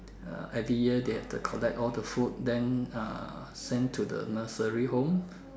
uh every year they have to collect all the food then uh send to the nursery home